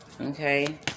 Okay